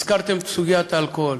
הזכרתם את סוגיית האלכוהול.